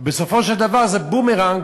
בסופו של דבר זה בומרנג.